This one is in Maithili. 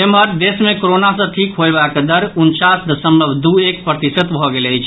एम्हर देश मे कोरोना सँ ठीक होयबाक दर उनचास दशमलव दू एक प्रतिशत भऽ गेल अछि